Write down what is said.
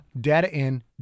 data-in